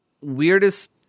weirdest